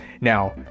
now